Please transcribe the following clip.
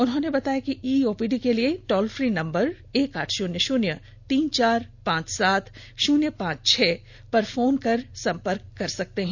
उन्होंने बताया कि ई ओपीडी के लिए टॉल फ्री नंबर एक आठ शून्य शून्य तीन चार पांच सात शून्य पांच छह पर फोन कर संपर्क कर सकते हैं